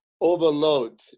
overload